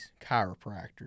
chiropractors